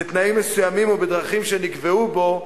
בתנאים מסוימים ובדרכים שנקבעו בו,